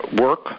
work